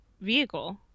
vehicle